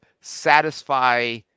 satisfy